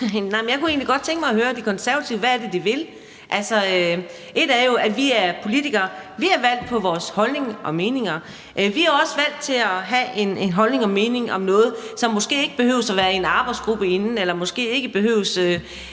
Jeg kunne egentlig godt tænke mig at høre De Konservative, hvad det er, de vil. Altså, vi er jo politikere. Vi er valgt på vores holdninger og meninger, og vi er også valgt til at have en holdning til og en mening om noget, som måske ikke behøver at have været i en arbejdsgruppe inden eller måske ikke behøver